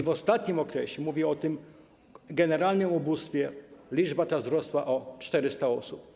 W ostatnim okresie - mówię o generalnym ubóstwie - liczba ta wzrosła o 400 osób.